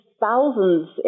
thousands